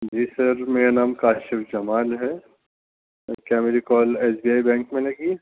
جی sir میرا نام کاشف جمال ہے کیا میری call S B I bank میں لگی